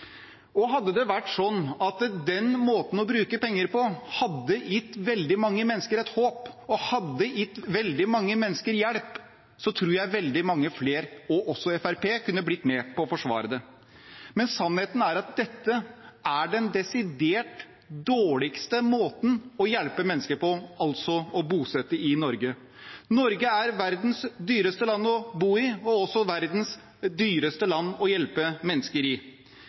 Hadde det vært sånn at den måten å bruke penger på hadde gitt veldig mange mennesker et håp, og hadde gitt veldig mange mennesker hjelp, tror jeg veldig mange flere, også Fremskrittspartiet, kunne blitt med på å forsvare det. Men sannheten er at dette er den desidert dårligste måten å hjelpe mennesker på, altså å bosette i Norge. Norge er verdens dyreste land å bo i og også verdens dyreste land å hjelpe